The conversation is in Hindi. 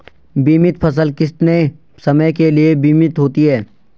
बीमित फसल कितने समय के लिए बीमित होती है?